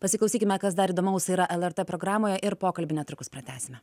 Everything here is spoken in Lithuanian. pasiklausykime kas dar įdomaus yra lrt programoje ir pokalbį netrukus pratęsime